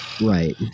right